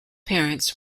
parents